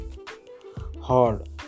Hard